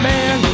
Man